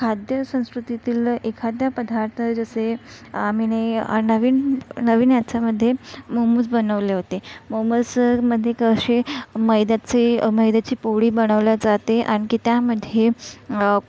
खाद्य संस्कृतीतील एखादा पदार्थ जसे आम्ही आ नवीन नवीन याच्यामध्ये मुमूज बनवले होते ममोजमध्ये कसे मैद्याचे मैद्याची पोळी बनवली जाते आणखी त्यामध्ये